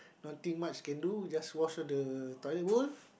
nothing much can do just wash all the toilet bowl